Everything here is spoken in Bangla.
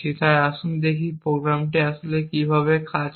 তাই আসুন দেখি এই প্রোগ্রামটি আসলে কীভাবে কাজ করে